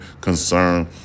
concern